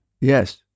yes